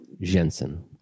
Jensen